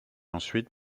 ensuite